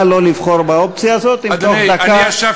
אדוני צודק